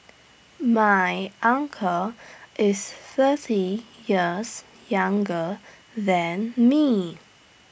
my uncle is thirty years younger than me